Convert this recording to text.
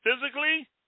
physically